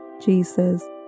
Jesus